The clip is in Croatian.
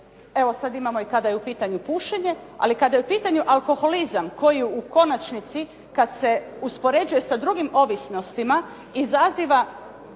evo sad imamo i kada je u pitanju pušenje, ali kada je u pitanju alkoholizam koji u konačnici kad se uspoređuje sa drugim ovisnostima izaziva